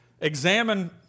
examine